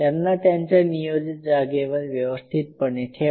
त्यांना त्यांच्या नियोजित जागेवर व्यवस्थितपणे ठेवा